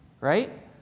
right